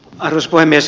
arvoisa puhemies